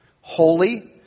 holy